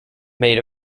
made